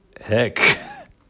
heck